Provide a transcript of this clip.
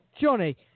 Johnny